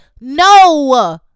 no